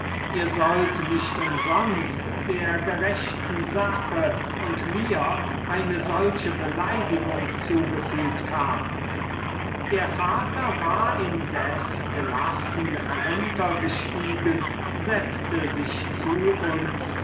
ihr sollt nicht umsonst der gerechten sache und mir eine solche beleidigung zugefügt haben der vater war indes gelassen heruntergestiegen setzte sich zu uns